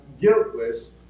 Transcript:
guiltless